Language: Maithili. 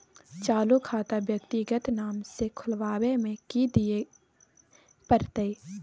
चालू खाता व्यक्तिगत नाम से खुलवाबै में कि की दिये परतै?